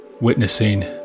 Witnessing